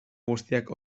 guztiak